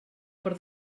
per